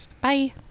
Bye